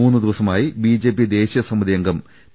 മൂന്നുദിവസമായി BJP ദേശീയ സമിതിയംഗം P